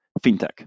FinTech